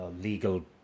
legal